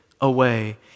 away